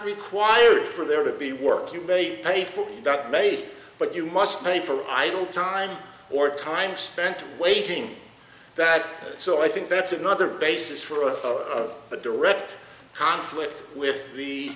required for there to be work you may pay for may but you must pay for idle time or time spent waiting that so i think that's another basis for a direct conflict with the